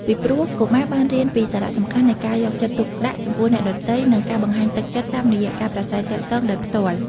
ពីព្រោះ កុមារបានរៀនពីសារៈសំខាន់នៃការយកចិត្តទុកដាក់ចំពោះអ្នកដទៃ និងការបង្ហាញទឹកចិត្តតាមរយៈការប្រាស្រ័យទាក់ទងដោយផ្ទាល់។